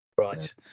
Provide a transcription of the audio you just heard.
Right